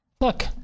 Look